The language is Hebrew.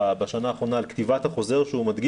תנו